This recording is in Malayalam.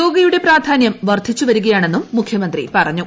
യോഗയുടെ പ്രാധാനൃം വർധിച്ചുവരികയാണെന്നും മുഖ്യമന്ത്രി പറഞ്ഞു